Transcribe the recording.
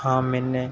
हाँ मैंने